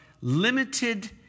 limited